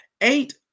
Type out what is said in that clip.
Eight